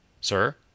Sir